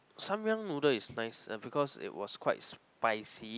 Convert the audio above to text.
Samyang noodle is nice uh because it was quite spicy